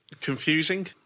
Confusing